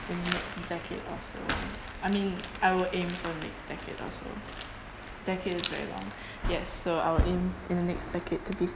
in the next decade or so I mean I will aim for the next decade or so a decade is very long yes so I'll aim in the next decade to be